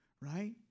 right